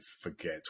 forget